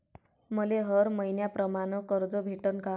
मले हर मईन्याप्रमाणं कर्ज भेटन का?